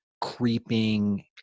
creeping